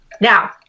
Now